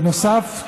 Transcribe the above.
בנוסף,